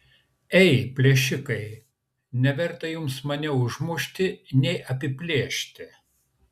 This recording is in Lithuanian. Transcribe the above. ei plėšikai neverta jums mane užmušti nei apiplėšti